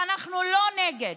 ואנחנו לא נגד.